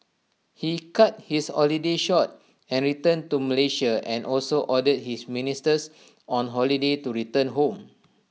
he cut his holiday short and returned to Malaysia and also ordered his ministers on holiday to return home